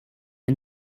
and